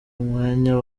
umwanya